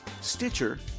Stitcher